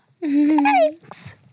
thanks